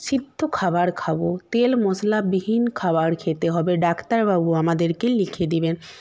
সিদ্ধ খাবার খাবো তেল মশলাবিহীন খাবার খেতে হবে ডাক্তারবাবু আমাদেরকে লিখে দেবেন